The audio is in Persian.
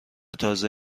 تازه